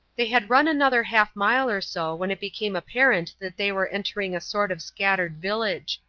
they had run another half mile or so when it became apparent that they were entering a sort of scattered village.